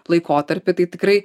laikotarpį tai tikrai